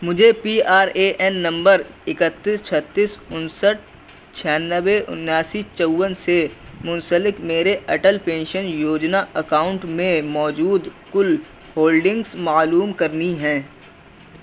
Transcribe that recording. مجھے P R A N number اکتیس چھتیس انسٹھ چھیانوے اناسی چون سے منسلک میرے اٹل پینشن یوجنا اکاؤنٹ میں موجود کل ہولڈنگز معلوم کرنی ہیں